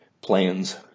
plans